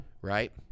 Right